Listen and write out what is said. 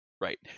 Right